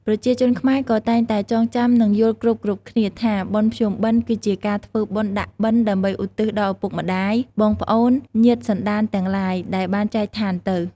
ប្រជាជនខែ្មក៏តែងតែចងចាំនិងយល់គ្រប់ៗគ្នាថា “បុណ្យភ្ជុំបិណ្យ” គឺជាការធ្វើបុណ្យដាក់បិណ្ឌដើម្បីឧទ្ទិសដល់ឪពុក ម្តាយ បងប្អូន ញាតិសន្តានទាំងឡាយ ដែលបានចែកឋានទៅ។